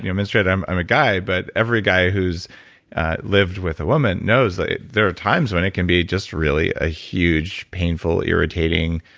yeah menstruated, i'm i'm a guy, but every guy who's lived with a woman knows that there are times when it can be just really a huge, painful irritating,